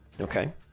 Okay